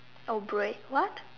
oh brave what